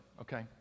Okay